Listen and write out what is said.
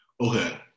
Okay